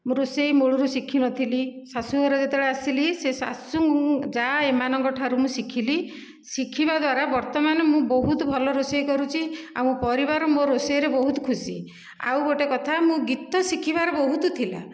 ମୁଁ ରୋଷେଇ ମୂଳରୁ ଶିଖିନଥିଲି ଶାଶୁଘର ଯେତେବେଳେ ଆସିଲି ସେ ଶାଶୁ ଯାଆ ଏମାନଙ୍କ ଠାରୁ ମୁଁ ଶିଖିଲି ଶିଖିବା ଦ୍ୱାରା ବର୍ତ୍ତମାନ ମୁଁ ବହୁତ ଭଲ ରୋଷେଇ କରୁଛି ଆଉ ପରିବାର ମୋ' ରୋଷେଇରେ ବହୁତ ଖୁସି ଆଉ ଗୋଟିଏ କଥା ମୁଁ ଗୀତ ଶିଖିବାର ବହୁତ ଥିଲା